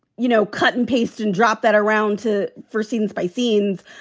you know, cut and paste and drop that around to four scenes by scenes.